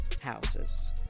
houses